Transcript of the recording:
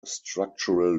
structural